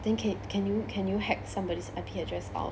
then can can you can you hack somebody's I_P address out